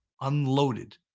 unloaded